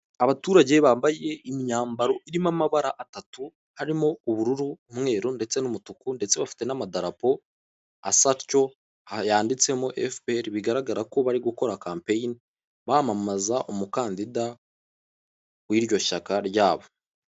Abaturage bambaye imyambaro irimo amabara atatu, harimo ubururu, umweru ndetse n'umutuku ndetse bafite n'amadarapo asa atyo, aha yanditsemo efuperi, bigaragara ko bari gukora kampeyini bamamaza umukandida w'iryo shyaka ryabo.